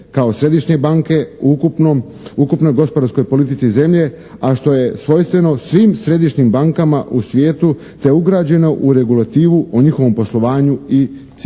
kao Središnje banke u ukupnoj politici zemlje a što je svojstveno svim središnjim bankama u svijetu te ugrađeno u regulativu o njihovom poslovanju i ciljevima.